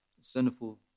sinful